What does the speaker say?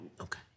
Okay